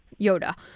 Yoda